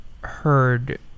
heard